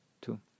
two